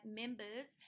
members